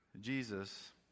Jesus